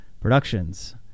Productions